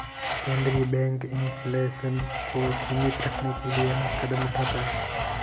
केंद्रीय bank inflation को सीमित रखने के लिए अनेक कदम उठाता है